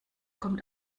kommt